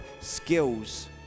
skills